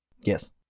Yes